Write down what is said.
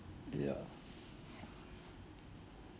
uh ya